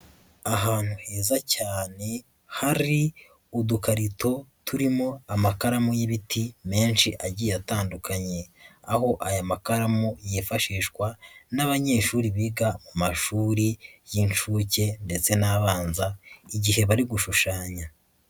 Ahantu heza cyane hari udukarito turimo amakaramu y'ibiti menshi agiye atandukanye, aho aya makaramu yifashishwa n'abanyeshuri biga mu mashuri y'inshuke ndetse n'abanza igihe bari gushushanya.